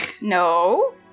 No